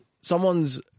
someone's